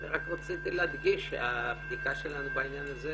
רק רציתי להדגיש שהבדיקה שלנו בעניין הזה,